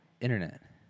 Internet